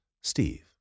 Steve